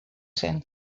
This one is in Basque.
zen